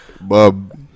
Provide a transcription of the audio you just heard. Bob